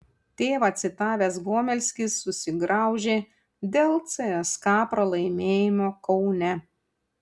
tėvą citavęs gomelskis susigraužė dėl cska pralaimėjimo kaune